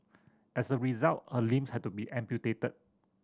as a result her limbs had to be amputated